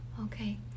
Okay